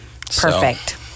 Perfect